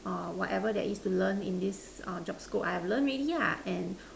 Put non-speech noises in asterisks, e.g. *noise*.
err whatever there is to learn in this err job scope I have learn already lah and *breath*